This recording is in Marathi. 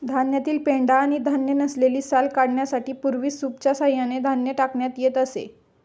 धान्यातील पेंढा आणि धान्य नसलेली साल काढण्यासाठी पूर्वी सूपच्या सहाय्याने धान्य टाकण्यात येत असे